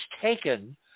taken